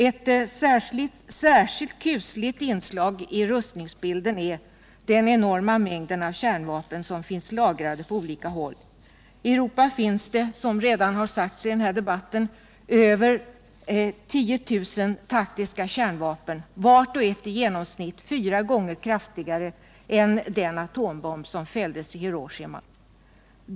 Ett särskilt kusligt inslag i rustningsbilden är den enorma mängden av kärnvapen som finns lagrade på olika håll. I Europa finns det, som redan nämnts i den här debatten, över 10 000 taktiska kärnvapen, vart och ett i genomsnitt fyra gånger kraftigare än den atombomb som fälldes i Hiroshima.